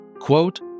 Quote